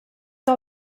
que